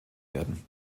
werden